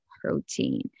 protein